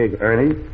Ernie